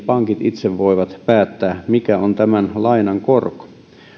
pankit itse voivat päättää mikä on tämän lainan korko